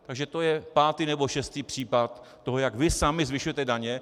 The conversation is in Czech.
Takže to je šestý případ toho, jak vy sami zvyšujete daně.